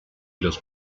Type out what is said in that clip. los